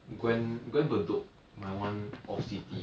gwen gwen bedok my one off city